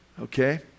Okay